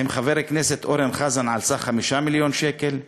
עם חבר הכנסת אורן חזן על סך 5 מיליון שקל,